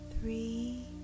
three